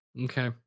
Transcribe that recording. Okay